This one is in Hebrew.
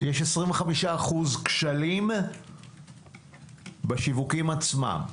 יש 25% כשלים בשיווקים עצמם.